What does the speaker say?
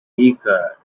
weaker